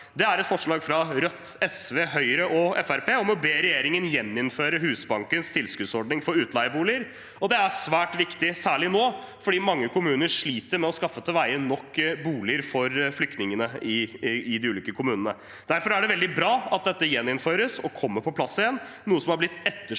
til vedtak fra Rødt, SV, Høyre og Fremskrittspartiet om å be regjeringen gjeninnføre Husbankens tilskuddsordning for utleieboliger. Det er svært viktig, særlig nå, fordi mange kommuner sliter med å skaffe til veie nok boliger til flyktningene i de ulike kommunene. Derfor er det veldig bra at dette gjeninnføres og kommer på plass igjen, noe som har blitt etterspurt